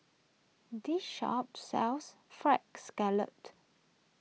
this shop sells Fried Scallop